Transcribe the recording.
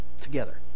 together